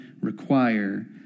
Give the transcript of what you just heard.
require